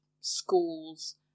schools